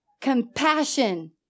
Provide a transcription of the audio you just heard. Compassion